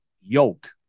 yoke